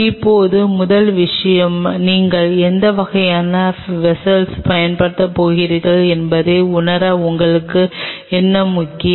இப்போது முதல் விஷயம் நீங்கள் எந்த வகையான வெஸ்ஸல்களை பயன்படுத்தப் போகிறீர்கள் என்பதை உணர உங்களுக்கு என்ன முக்கியம்